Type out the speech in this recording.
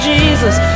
Jesus